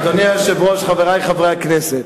אדוני היושב-ראש, חברי חברי הכנסת,